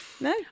no